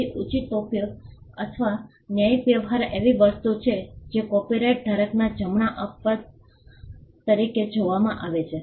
તેથી ઉચિત ઉપયોગ અથવા ન્યાયી વ્યવહાર એવી વસ્તુ છે જે કોપિરાઇટ ધારકના જમણા અપવાદ તરીકે જોવામાં આવે છે